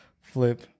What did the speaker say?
Flip